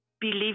believe